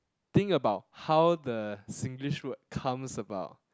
think about how the Singlish word comes about